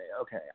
okay